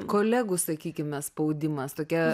kolegų sakykime spaudimas tokia